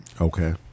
Okay